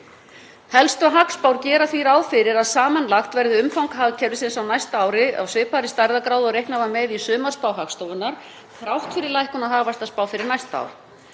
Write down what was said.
Helstu hagspár gera því ráð fyrir að samanlagt verði umfang hagkerfisins á næsta ári af svipaðri stærðargráðu og reiknað var með í sumarspá Hagstofunnar þrátt fyrir lækkun á hagvaxtarspá fyrir næsta ár.